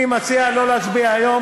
לא כן הוא,